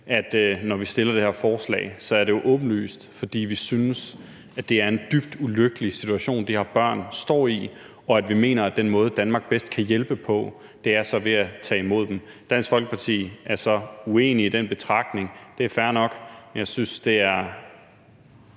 at når vi fremsætter det her forslag, er det jo åbenlyst, fordi vi synes, at det er en dybt ulykkelig situation, de her børn står i, og at vi mener, at den måde, Danmark bedst kan hjælpe på, er ved at tage imod dem. Dansk Folkeparti er så uenig i den betragtning, det er fair nok, men jeg synes, det er